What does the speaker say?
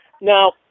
Now